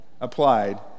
applied